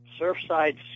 Surfside